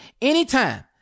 anytime